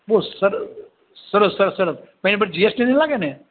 બહુ સર સરસ સરસ સરસ પણ એની પર જી એસ ટી નહીં લાગે ને